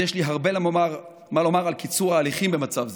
ויש לי הרבה מה לומר על קיצור ההליכים במצב זה.